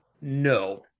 no